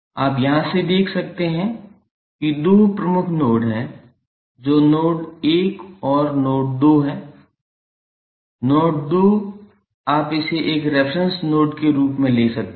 आप यहाँ से देख सकते हैं कि दो प्रमुख नोड हैं जो नोड 1 और नोड 2 हैं नोड 2 आप इसे एक रेफेरेंस नोड के रूप में ले सकते हैं